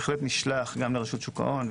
נשלח להם גם לרשות שוק ההון,